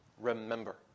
remember